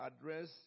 address